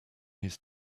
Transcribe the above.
his